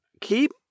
keep